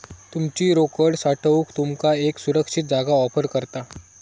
तुमची रोकड साठवूक तुमका एक सुरक्षित जागा ऑफर करता